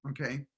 okay